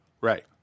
Right